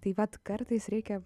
tai vat kartais reikia